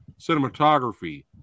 Cinematography